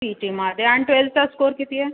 C E T मध्ये आणि ट्वेलचा स्कोर किती आहे